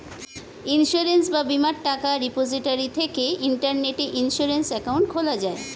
insurance বা বীমার টাকা রিপোজিটরি থেকে ইন্টারনেটে ইন্সুরেন্স অ্যাকাউন্ট খোলা যায়